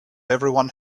everyone